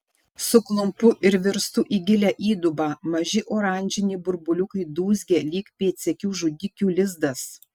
suklumpu ir virstu į gilią įdubą maži oranžiniai burbuliukai dūzgia lyg pėdsekių žudikių lizdas